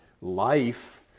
life